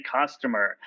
customer